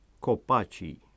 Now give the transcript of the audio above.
Copaci